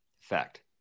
Fact